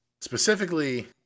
specifically